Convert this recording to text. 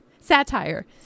satire